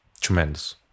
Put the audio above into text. tremendous